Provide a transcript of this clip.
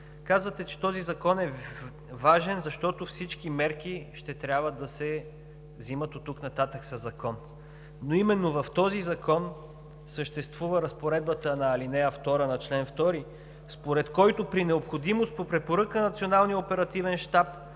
Казвате, че този Закон е важен, защото всички мерки ще трябва да се взимат оттук нататък със Закон, но именно в този Закон съществува разпоредбата на ал. 2 на чл. 2, според която при необходимост по препоръка на